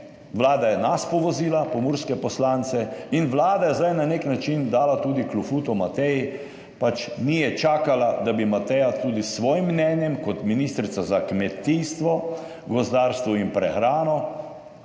Vlada je nas povozila, pomurske poslance in vlada je zdaj na nek način dala tudi klofuto Mateji, pač, ni je čakala, da bi Mateja tudi s svojim mnenjem kot ministrica za kmetijstvo, gozdarstvo in prehrano